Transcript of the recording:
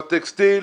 בטקסטיל,